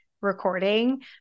recording